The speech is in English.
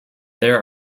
there